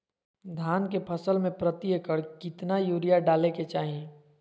धान के फसल में प्रति एकड़ कितना यूरिया डाले के चाहि?